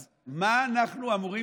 אז מה אנחנו אמורים,